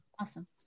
Awesome